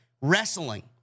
wrestling